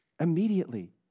immediately